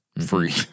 free